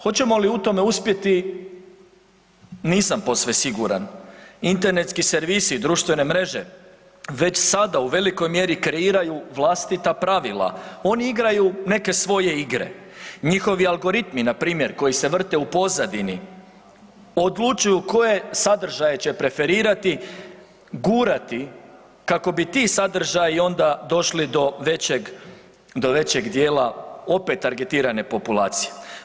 Hoćemo li u tome uspjeti, nisam posve siguran, internetski servisi i društvene mreže već sada u velikoj mjeri kreiraju vlastita pravila, oni igraju neke svoje igre, njihovi algoritmi npr. koji se vrte u pozadini odlučuju koje sadržaje će preferirati, gurati, kako bi ti sadržaji onda došli do većeg, do većeg dijela opet argetirane populacije.